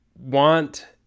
want